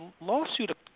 lawsuit